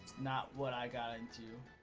not what i got into